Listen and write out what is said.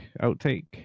Outtake